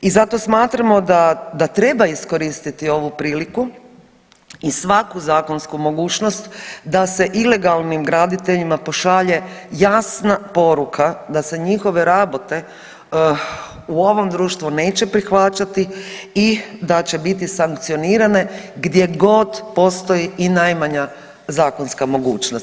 I zato smatramo da treba iskoristiti ovu priliku i svaku zakonsku mogućnost da se ilegalnim graditeljima pošalje jasna poruka da se njihove rabote u ovom društvu neće prihvaćati i da će biti sankcionirane gdje god postoji i najmanja zakonska mogućnost.